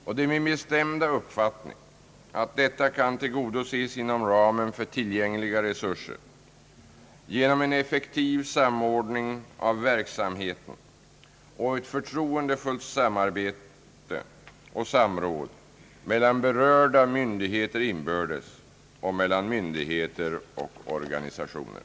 Det är min bestämda uppfattning att detta kan tillgodoses inom ramen för tillgängliga resurser genom en effektiv samordning av verksamheten och ett förtroendefullt samråd mellan berörda myndigheter inbördes och mellan myndigheter och organisationer.